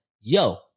yo